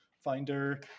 finder